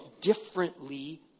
differently